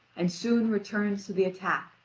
and soon returns to the attack.